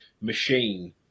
machine